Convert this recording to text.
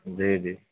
جی جی